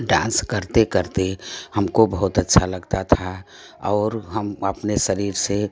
dance करते करते हमको बहुत अच्छा लगता था और हम अपने शरीर से